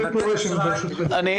אני פורש, ברשותכם.